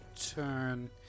turn